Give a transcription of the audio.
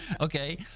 okay